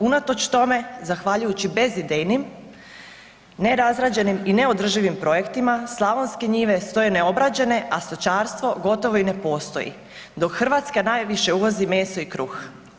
Unatoč tome zahvaljujući bezidejnim, nerazrađenim i neodrživim projektima, slavonske njive stoje neobrađene, a stočarstvo gotovo i ne postoji dok Hrvatska najviše uvozi meso i kruh.